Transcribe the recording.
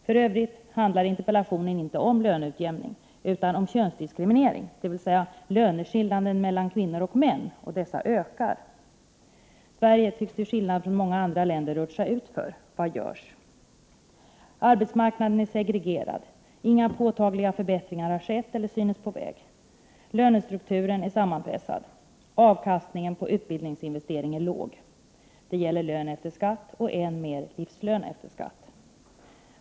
För övrigt handlar interpellationen inte om löneutjämning utan om könsdiskriminering, dvs. löneskillnaderna mellan män och kvinnor, och dessa ökar! Sverige tycks till skillnad från andra länder rutscha utför. Vad görs? Arbetsmarknaden är segregerad. Inga påtagliga förbättringar har skett eller synes vara på väg. Lönestrukturen är sammanpressad, och avkastningen på utbildningsinvestering är låg. Det gäller lön efter skatt och än mer livslön efter skatt.